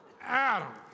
Adam